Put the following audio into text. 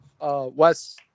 Wes